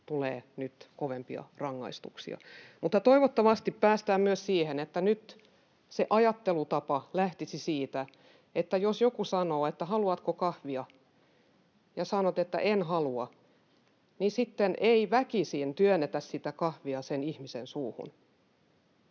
tulee nyt kovempia rangaistuksia. Toivottavasti päästään myös siihen, että nyt ajattelutapa lähtisi siitä, että jos joku sanoo, että haluatko kahvia, ja sanot, että en halua, niin sitten ei väkisin työnnetä sitä kahvia sen ihmisen suuhun.